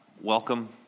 welcome